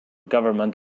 government